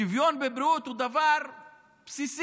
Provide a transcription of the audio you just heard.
השוויון בבריאות הוא דבר בסיסי,